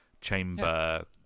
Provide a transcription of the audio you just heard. chamber